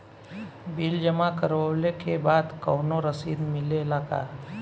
Bill जमा करवले के बाद कौनो रसिद मिले ला का?